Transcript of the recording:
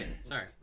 Sorry